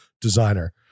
designer